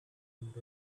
moved